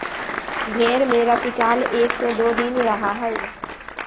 भेंड़ में रतिकाल एक से दो दिन रहा हई